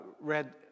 read